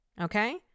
okay